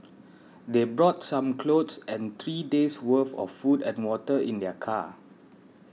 they brought some clothes and three days' worth of food and water in their car